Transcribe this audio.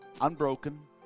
Unbroken